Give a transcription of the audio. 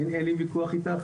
אין לי ויכוח אתך.